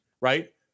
right